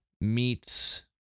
meets